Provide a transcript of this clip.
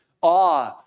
awe